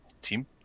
team